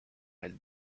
had